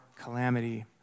calamity